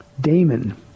Damon